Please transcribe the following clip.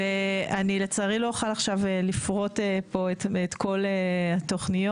לצערי לא אוכל עכשיו לפרוט פה את כל התוכניות,